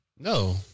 No